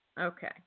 Okay